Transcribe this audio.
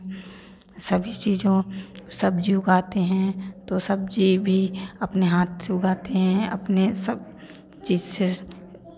सभी चीज़ों सब्ज़ी उगाते हैं तो सब्ज़ी भी अपने हाथ से उगाते हैं अपने सब जिससे